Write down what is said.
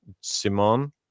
Simon